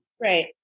Right